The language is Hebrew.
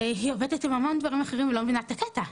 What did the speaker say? עובדת עם המון דברים אחרים ולא מבינה את הקטע.